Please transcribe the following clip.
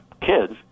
kids